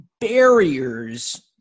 Barriers